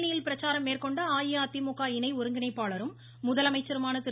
தேனியில் பிரச்சாரம் மேற்கொண்ட அஇஅதிமுக இணை ஒருங்கிணைப்பாளரும் முதலமைச்சருமான திரு